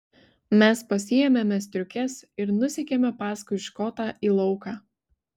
mes pasiėmėme striukes ir nusekėme paskui škotą į lauką